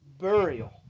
Burial